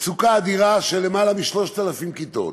מצוקה אדירה של למעלה מ-3,000 כיתות.